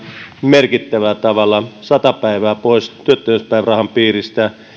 merkittävällä tavalla sata päivää pois työttömyyspäivärahan piiristä ja